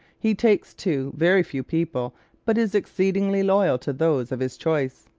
he takes to very few people but is exceedingly loyal to those of his choice.